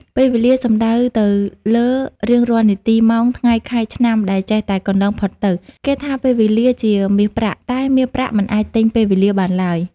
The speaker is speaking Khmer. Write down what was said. ពេលវេលា សំដៅទៅលើរៀងរាល់នាទី ម៉ោង ថ្ងៃ ខែ ឆ្នាំ ដែលចេះតែកន្លងផុតទៅ គេថាពេលវេលាជាមាសប្រាក់ តែមាសប្រាក់មិនអាចទិញពេលវេលាបានឡើយ។